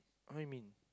climbing